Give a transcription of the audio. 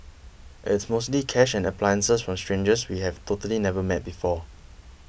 it's mostly cash and appliances from strangers we have totally never met before